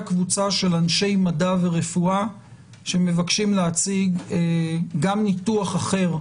קבוצה של אנשי מדע ורפואה שמבקשים להציג גם ניתוח אחר.